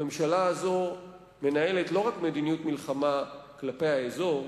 הממשלה הזו מנהלת לא רק מדיניות מלחמה כלפי האזור,